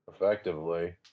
Effectively